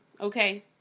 okay